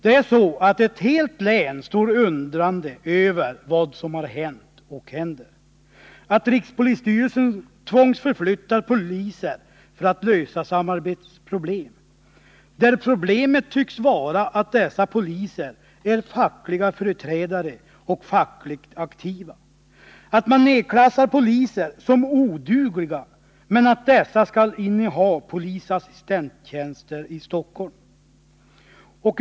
Ett helt län står undrande över vad som har hänt och händer, nämligen att rikspolisstyrelsen tvångsförflyttar poliser för att lösa samarbetsproblem, där problemet tycks vara att dessa poliser är fackliga företrädare och fackligt aktiva, att man nedklassar poliser som odugliga. men att dessa skall inneha polisassistenttjänster i Stockholm.